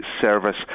service